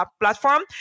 platform